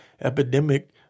epidemic